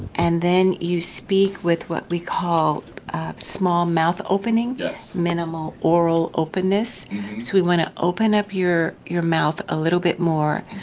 and then, you speak with what we call small mouth opening. yes. minimal, aural openness. so we went to open up your your mouth a little bit more.